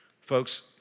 Folks